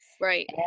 Right